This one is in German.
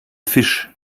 fisch